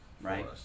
Right